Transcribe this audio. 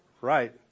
Right